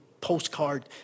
postcard